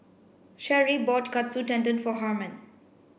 Sherree bought Katsu Tendon for Harmon